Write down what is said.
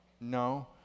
No